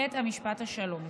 בית משפט השלום.